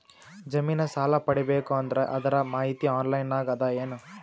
ಜಮಿನ ಸಾಲಾ ಪಡಿಬೇಕು ಅಂದ್ರ ಅದರ ಮಾಹಿತಿ ಆನ್ಲೈನ್ ನಾಗ ಅದ ಏನು?